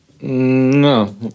No